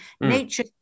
nature